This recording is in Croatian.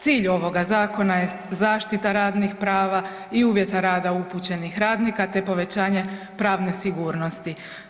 Cilj ovoga zakona jest zaštita radnih prava i uvjeta rada upućenih radnika te povećanje pravne sigurnosti.